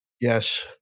Yes